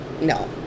No